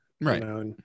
Right